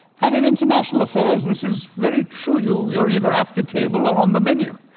and in international affairs this is very true. you're you're either at the table or on the menu.